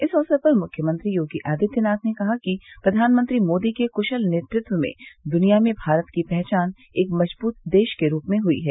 इस अवसर पर मुख्यमंत्री योगी आदित्यनाथ ने कहा कि प्रधानमंत्री मोदी के कुशल नेतृत्व में दुनिया में भारत की पहचान एक मजबूत देश के रूप में हुई है